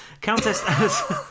Countess